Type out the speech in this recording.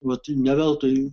vat ne veltui